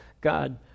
God